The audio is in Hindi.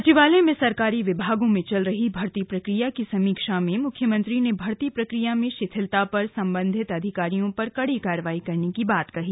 सचिवालय में सरकारी विभागों में चल रही भर्ती प्रक्रिया की समीक्षा में मुख्यमंत्री ने भर्ती प्रक्रिया में शिथिलता पर संबंधित अधिकारियों पर कड़ी कार्रवाई की बात कही